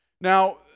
Now